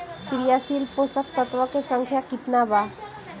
क्रियाशील पोषक तत्व के संख्या कितना बा?